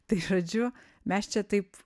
tai žodžiu mes čia taip